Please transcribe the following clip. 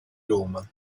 roma